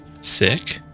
Sick